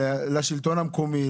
לשלטון המקומי,